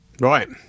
Right